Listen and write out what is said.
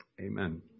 Amen